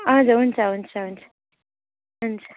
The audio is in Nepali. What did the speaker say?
हजुर हुन्छ हुन्छ हुन्छ हुन्छ